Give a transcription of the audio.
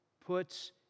puts